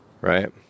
right